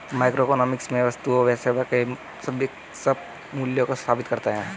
microeconomics में वस्तुओं और सेवाओं के बीच सापेक्ष मूल्यों को स्थापित करता है